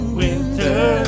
winter